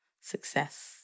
success